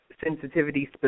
sensitivity